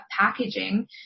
packaging